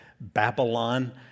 Babylon